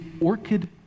orchid